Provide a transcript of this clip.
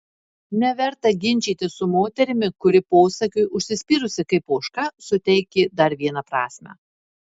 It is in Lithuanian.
neverta ginčytis su moterimi kuri posakiui užsispyrusi kaip ožka suteikė dar vieną prasmę